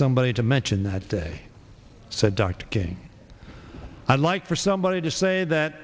somebody to mention that day said dr king i'd like for somebody just say that